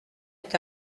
est